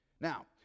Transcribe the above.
Now